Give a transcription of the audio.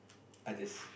others